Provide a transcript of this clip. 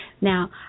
Now